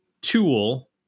tool